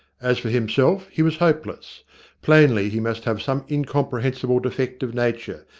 as for himself, he was hopeless plainly he must have some incomprehensible defect of nature,